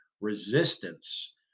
resistance